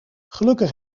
gelukkig